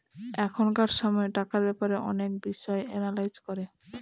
এখনকার সময় টাকার ব্যাপারে অনেক বিষয় এনালাইজ করে